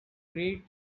great